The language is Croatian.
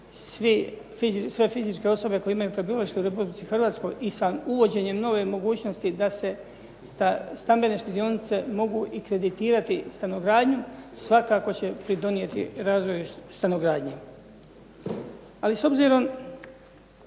sve fizičke osobe koje imaju prebivalište u Republici Hrvatskoj i sa uvođenjem nove mogućnosti da se stambene štedionice mogu kreditirati i stanogradnju svakako će pridonijeti razvoju stanogradnje. Ali s obzirom